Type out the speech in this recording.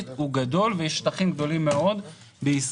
הוא גדול ויש שטחים גדולים מאוד בישראל.